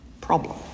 problem